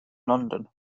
london